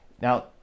Now